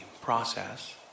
process